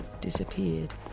disappeared